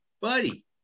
buddy